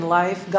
life